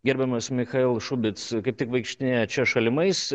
gerbiamas michail šubic kaip tik vaikštinėja čia šalimais